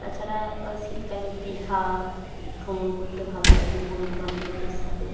তাছাড়া শীতকালে দীঘা ভ্রমণ করতে ভালো লাগে বন্ধু বান্ধবদের সাথে